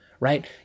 right